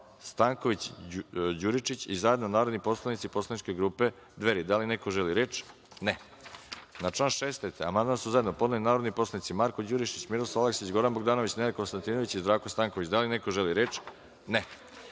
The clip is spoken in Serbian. Savić, i zajedno narodni poslanici Poslaničke grupe Dveri. Da li neko želi reč? (Ne)Na član 33. amandman su zajedno podneli narodni poslanici Marko Đurišić, Miroslav Aleksić, Goran Bogdanović, Nenad Konstantinović i Zdravko Stanković. Da li neko želi reč?